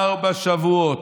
ארבע שבועות,